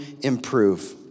improve